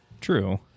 true